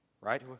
right